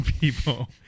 people